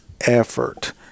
effort